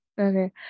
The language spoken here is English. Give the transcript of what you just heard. Okay